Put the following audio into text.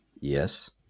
Yes